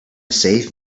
save